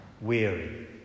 weary